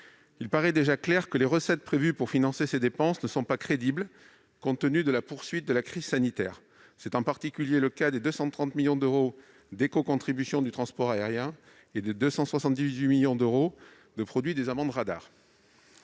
il paraît déjà clair que les recettes prévues pour financer ces dépenses ne sont pas crédibles, compte tenu de la poursuite de la crise sanitaire. C'est en particulier le cas des 230 millions d'euros d'écocontribution du transport aérien et des 278 millions d'euros de produit des amendes radar.